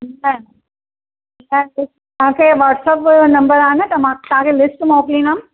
न न तव्हांखे वॉट्सअप नंबर आहे न त मां तव्हांखे लिस्ट मोकिलींदमि